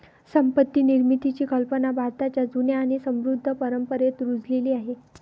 संपत्ती निर्मितीची कल्पना भारताच्या जुन्या आणि समृद्ध परंपरेत रुजलेली आहे